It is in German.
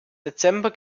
dezember